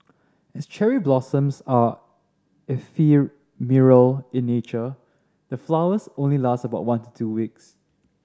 as cherry blossoms are ephemeral in nature the flowers only last about one to two weeks